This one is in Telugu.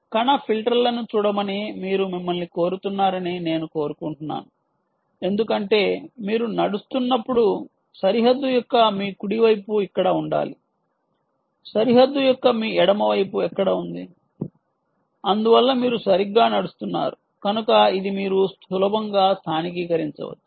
కణ ఫిల్టర్లను చూడమని మీరు మిమ్మల్ని కోరుతున్నారని నేను కోరుకుంటున్నాను ఎందుకంటే మీరు నడుస్తున్నప్పుడు సరిహద్దు మీ కుడి వైపు ఇక్కడ ఉండాలి మీ ఎడమ వైపు సరిహద్దు ఎక్కడ ఉంది అందువల్ల మీరు సరిగ్గా నడుస్తున్నారా అని తెలుసుకోగలగాలి కనుక ఇది మీరు సులభంగా స్థానికరించవచ్చు